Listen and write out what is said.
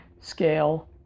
scale